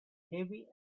heavy